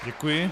Děkuji.